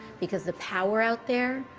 because the power out there,